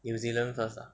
new zealand first ah